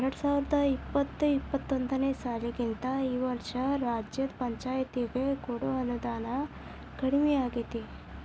ಎರ್ಡ್ಸಾವರ್ದಾ ಇಪ್ಪತ್ತು ಇಪ್ಪತ್ತೊಂದನೇ ಸಾಲಿಗಿಂತಾ ಈ ವರ್ಷ ರಾಜ್ಯದ್ ಪಂಛಾಯ್ತಿಗೆ ಕೊಡೊ ಅನುದಾನಾ ಕಡ್ಮಿಯಾಗೆತಿ